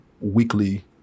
weekly